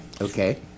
Okay